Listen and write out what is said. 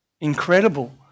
incredible